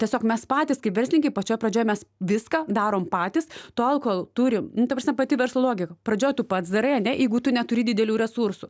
tiesiog mes patys kaip verslininkai pačioj pradžioj mes viską darom patys tol kol turim nu taprasme pati verslo logika pradžioj tu pats darai ane jeigu tu neturi didelių resursų